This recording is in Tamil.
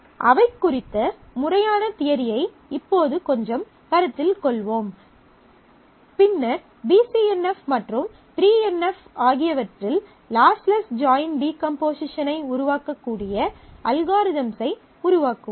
அவை குறித்த முறையான தியரியை இப்போது கொஞ்சம் கருத்தில் கொள்வோம் பின்னர் பி சி என் எஃப் மற்றும் 3 என் எஃப் ஆகியவற்றில் லாஸ்லெஸ் ஜாயின் டீகம்போசிஷன் ஐ உருவாக்கக்கூடிய அல்காரிதம்ஸ் ஐ உருவாக்குவோம்